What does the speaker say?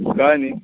कळ्ळें न्ही